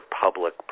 public